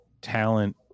talent